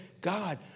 God